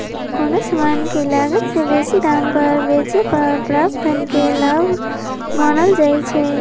कोनो समान के लागत से बेशी दाम पर बेचे पर प्राप्त धन के लाभ मानल जाइ छइ